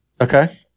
Okay